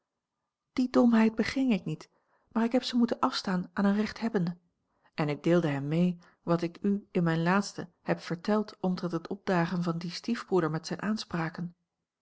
die domheid beging ik niet maar ik heb ze moeten afstaan aan een rechthebbende en ik deelde hem mee wat ik u in mijn laatsten heb verteld omtrent het opdagen van dien stiefbroeder met zijne aanspraken